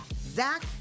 Zach